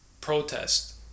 protest